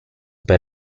per